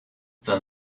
then